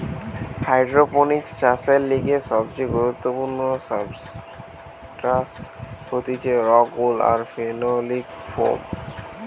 hydroponics চাষের লিগে সবচেয়ে গুরুত্বপূর্ণ সুবস্ট্রাটাস হতিছে রোক উল আর ফেনোলিক ফোম